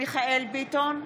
מיכאל מרדכי ביטון,